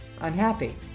unhappy